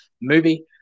movie